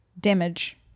damage